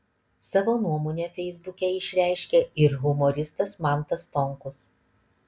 savo nuomonę feisbuke išreiškė ir humoristas mantas stonkus